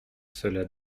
cela